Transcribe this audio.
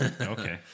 Okay